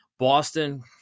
Boston